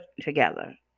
together